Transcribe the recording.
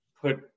put